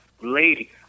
lady